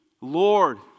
Lord